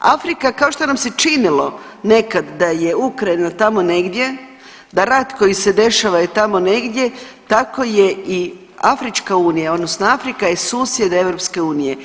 Afrika kao što nam se činilo nekad da je Ukrajina tamo negdje, da rat koji se dešava je tamo negdje, tako je Afrička unija odnosno Afrika je susjed EU.